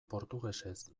portugesez